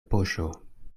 poŝo